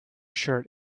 shirt